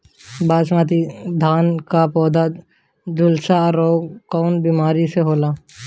बासमती धान क पौधा में झुलसा रोग कौन बिमारी से होला?